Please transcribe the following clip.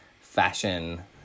fashion